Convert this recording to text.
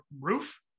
roof